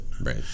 Right